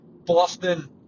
boston